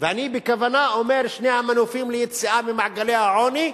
ואני בכוונה אומר שני מנופים ליציאה ממעגלי העוני,